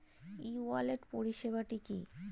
ই wallet পরিষেবাটি কি?